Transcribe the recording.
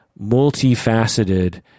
multifaceted